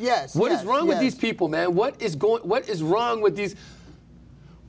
yes what is wrong with these people now what is going what is wrong with these